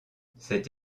cette